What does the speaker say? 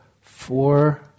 four